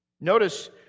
Notice